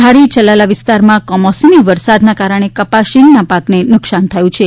ધારી ચલાલા વિસ્તારમાં કમોસમી વરસાદના કારણે કપાસ શિંગના પાકને નુકસાન થયું છે